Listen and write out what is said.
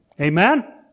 Amen